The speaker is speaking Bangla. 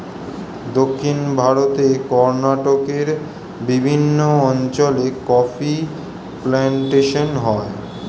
দক্ষিণ ভারতে কর্ণাটকের বিভিন্ন অঞ্চলে কফি প্লান্টেশন হয়